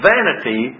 Vanity